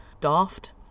daft